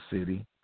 city